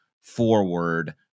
forward